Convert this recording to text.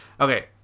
Okay